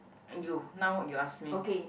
and you now you ask me